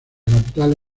capital